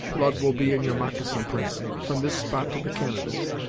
blood will be in your moccasin prints, from this spot to the canadas.